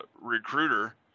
recruiter